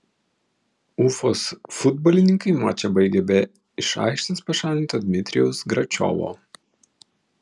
ufos futbolininkai mačą baigė be iš aikštės pašalinto dmitrijaus gračiovo